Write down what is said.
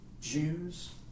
Jews